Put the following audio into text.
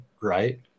right